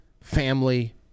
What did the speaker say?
family